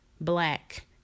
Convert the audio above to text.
black